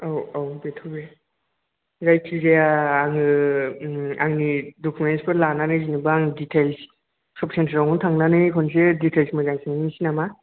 औऔ बेथ' बे जायखि जाया आङो आंनि डकुमेन्ट्सफोर लामनानै जेनोबा आं डिटेल्स शप सेन्टारआवनो थांनानै खनसे डिटेल्स मोजां सोंहैसोसै नामा